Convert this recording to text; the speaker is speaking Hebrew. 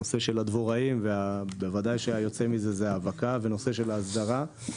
הנושא של הדבוראים ובוודאי שהיוצא מזה זה האבקה והנושא של הסדרה.